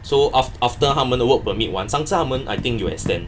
so of aft~ after 他们的 work permit 完我想是他们 I think 有 extend